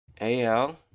AL